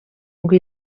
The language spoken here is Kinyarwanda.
ngo